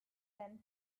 than